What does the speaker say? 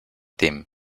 team